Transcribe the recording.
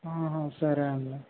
ఆహా సరే అండి